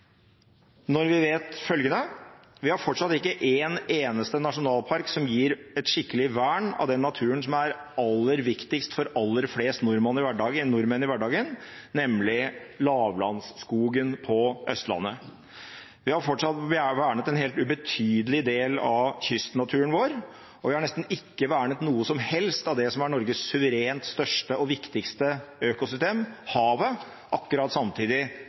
når vi vet følgende: Vi har fortsatt ikke en eneste nasjonalpark som gir et skikkelig vern av den naturen som er aller viktigst for aller flest nordmenn i hverdagen, nemlig lavlandsskogen på Østlandet. Vi har fortsatt vernet en helt ubetydelig del av kystnaturen vår, og vi har nesten ikke vernet noe som helst av det som er Norges suverent største og viktigste økosystem, havet, akkurat samtidig